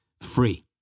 free